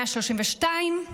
132,